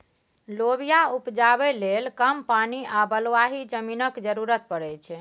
लोबिया उपजाबै लेल कम पानि आ बलुआही जमीनक जरुरत परै छै